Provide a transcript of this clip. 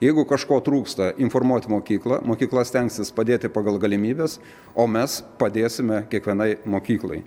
jeigu kažko trūksta informuot mokyklą mokykla stengsis padėti pagal galimybes o mes padėsime kiekvienai mokyklai